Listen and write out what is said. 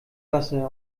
wasser